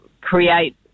create